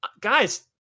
Guys